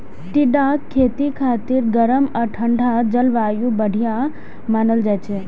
टिंडाक खेती खातिर गरम आ ठंढा जलवायु बढ़िया मानल जाइ छै